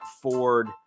Ford